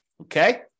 Okay